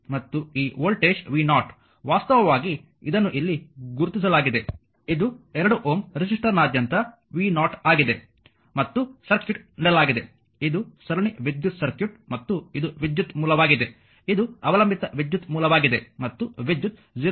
ಮತ್ತು ಈ voltage v0 ವಾಸ್ತವವಾಗಿ ಇದನ್ನು ಇಲ್ಲಿ ಗುರುತಿಸಲಾಗಿದೆ ಇದು 2 Ω ರೆಸಿಸ್ಟರ್ನಾದ್ಯಂತ v0 ಆಗಿದೆ ಮತ್ತು ಸರ್ಕ್ಯೂಟ್ ನೀಡಲಾಗಿದೆ ಇದು ಸರಣಿ ವಿದ್ಯುತ್ ಸರ್ಕ್ಯೂಟ್ ಮತ್ತು ಇದು ವಿದ್ಯುತ್ ಮೂಲವಾಗಿದೆ ಇದು ಅವಲಂಬಿತ ವಿದ್ಯುತ್ ಮೂಲವಾಗಿದೆ ಮತ್ತು ವಿದ್ಯುತ್ 0